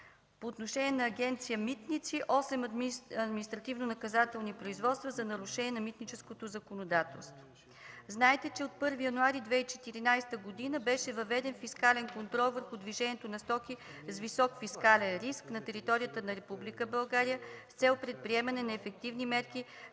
по отношение на Агенция „Митници“: 8 административнонаказателни производства за нарушения на митническото законодателство. Знаете, че от 1 януари 2014 г. беше въведен фискален контрол върху движението на стоки с висок фискален риск на територията на Република България с цел предприемане на ефективни мерки